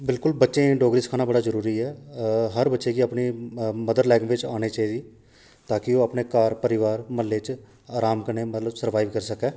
बिल्कुल बच्चें गी डोगरी सखाना बड़ा जरूरी ऐ हर बच्चे गी अपनी मदर लैंग्वेज बिच आनी चाहिदी ता कि ओह् अपने घर परोआर म्हल्लै च अराम कन्नै मतलब सर्वाइव करी सकै